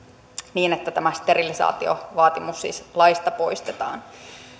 niin että sterilisaatiovaatimus siis laista poistetaan